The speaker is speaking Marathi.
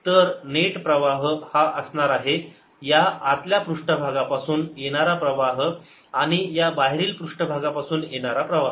तर नेट प्रवाह हा असणार आहे या आतल्या पृष्ठभागापासून येणारा प्रवाह आणि या बाहेरील पृष्ठभागापासून येणारा प्रवाह